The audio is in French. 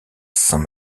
saint